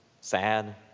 sad